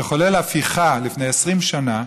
שחולל הפיכה לפני 20 שנה,